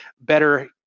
better